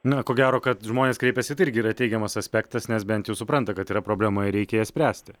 na ko gero kad žmonės kreipiasi tai irgi yra teigiamas aspektas nes bent supranta kad yra problema ir reikia ją spręsti